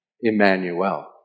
Emmanuel